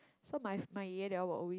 so my my 爷 they all will always